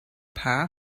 paar